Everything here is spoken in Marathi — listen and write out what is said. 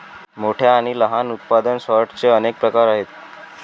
मोठ्या आणि लहान उत्पादन सॉर्टर्सचे अनेक प्रकार आहेत